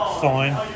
fine